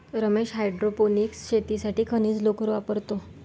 Ramesh hydroponics शेतीसाठी खनिज लोकर वापरतो